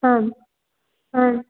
आम् आम्